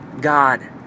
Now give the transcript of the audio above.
God